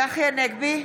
צחי הנגבי,